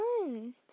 fun